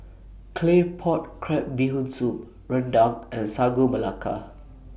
Claypot Crab Bee Hoon Soup Rendang and Sagu Melaka